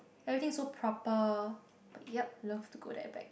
everything is so proper yup loved to go there back